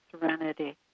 Serenity